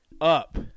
up